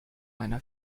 einer